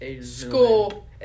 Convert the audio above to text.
school